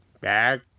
back